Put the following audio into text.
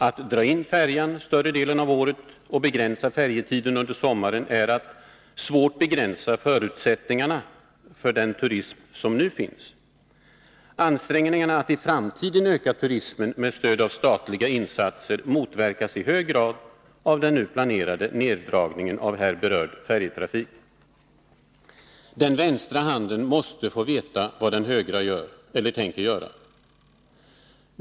Att dra in färjan under större delen av året och begränsa färjetiden under sommaren är att svårt begränsa förutsättningarna för den turism som nu finns. Ansträngningarna att i framtiden öka turismen med stöd av statliga insatser motverkas i hög grad av den nu planerade nerdragningen av här berörd färjetrafik. Den vänstra handen måste få veta vad den högra gör eller tänker göra.